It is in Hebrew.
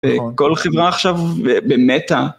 כל חברה עכשיו במטה.